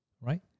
Right